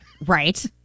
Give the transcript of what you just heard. Right